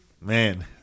man